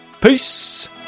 Peace